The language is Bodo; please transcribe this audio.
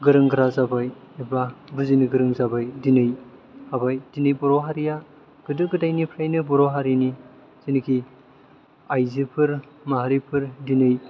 गोरों गोरा जाबाय एबा बुजिनो गोरों जाबाय दिनै हाबाय दिनै बर' हारिया गोदो गोदायनिफ्रायनो बर' हारिनि जेनेखि आइजोफोर माहारिफोर दिनै गोबां